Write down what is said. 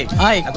i